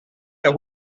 los